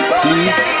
please